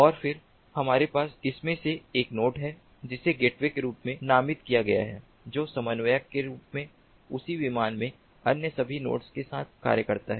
और फिर हमारे पास इनमें से एक नोड है जिसे गेटवे के रूप में नामित किया गया है जो समन्वयक के रूप में उसी विमान में अन्य सभी नोड्स के साथ कार्य करता है